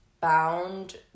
bound